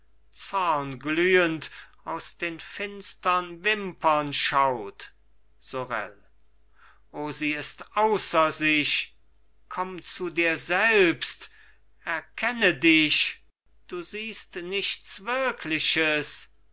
zornglühend aus den finstern wimpern schaut sorel o sie ist außer sich komm zu dir selbst erkenne dich du siehst nichts wirkliches